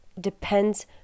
Depends